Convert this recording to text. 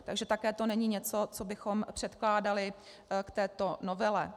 Takže také to není něco, co bychom předkládali k této novele.